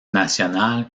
nationales